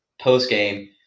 post-game